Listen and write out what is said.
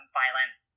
violence